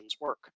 work